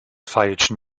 feilschen